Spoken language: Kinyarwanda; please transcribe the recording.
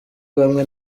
bamwe